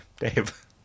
Dave